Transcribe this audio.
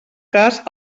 cas